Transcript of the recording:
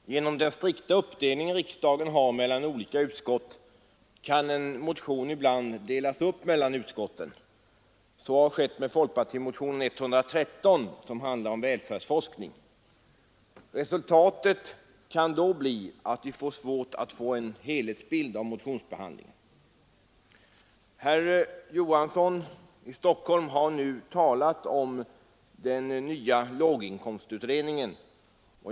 Fru talman! Genom den strikta uppdelning av frågor som riksdagen har mellan olika utskott kan en motion ibland delas upp mellan utskotten. Så har skett med folkpartimotionen 113, som handlar om välfärdsforskning. Resultatet av en sådan uppdelning blir att vi har svårt att få en helhetsbild av motionsbehandlingen. Herr Johansson i Stockholm har nu talat om den nya låginkomstutredningen.